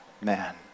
man